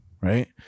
right